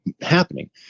happening